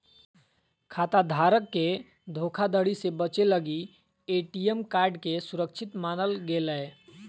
खाता धारक के धोखाधड़ी से बचे लगी ए.टी.एम कार्ड के सुरक्षित मानल गेलय